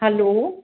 hello